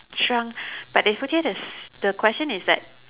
shrunk but they put it as the question is that